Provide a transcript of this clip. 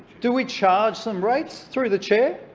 do we charge them rates, through the chair?